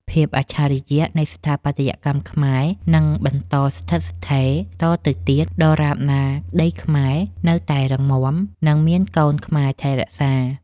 ភាពអច្ឆរិយៈនៃស្ថាបត្យកម្មខ្មែរនឹងបន្តស្ថិតស្ថេរតទៅទៀតដរាបណាដីខ្មែរនៅតែរឹងមាំ និង មានកូនខ្មែរថែរក្សា។